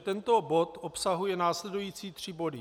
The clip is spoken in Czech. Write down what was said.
Tento bod obsahuje následující tři body: